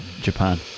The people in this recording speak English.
Japan